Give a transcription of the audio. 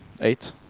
eight